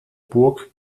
burg